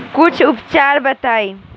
कुछ उपचार बताई?